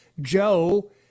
Joe